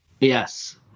yes